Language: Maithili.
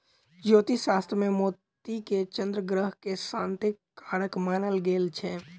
ज्योतिष शास्त्र मे मोती के चन्द्र ग्रह के शांतिक कारक मानल गेल छै